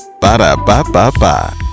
Ba-da-ba-ba-ba